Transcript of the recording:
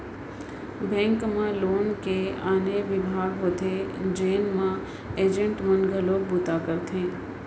bank म loan के आने बिभाग होथे जेन म एजेंट मन घलोक बूता करथे